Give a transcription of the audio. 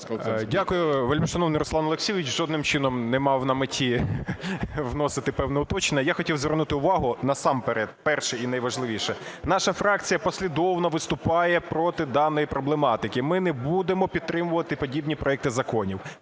Дякую, вельмишановний Руслане Олексійовичу. Жодним чином не мав на меті вносити певне уточнення. Я хотів звернути увагу насамперед, перше і найважливіше, наша фракція послідовно виступає проти даної проблематики. Ми не будемо підтримувати подібні проекти законів.